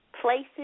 places